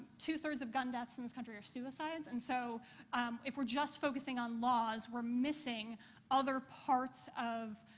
two three of gun deaths in this country are suicides, and so if we're just focusing on laws, we're missing other parts of